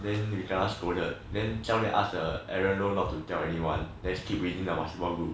then we kena scolded then 教练 ask the edward loh not to tell anyone then keep us waiting in the basketball room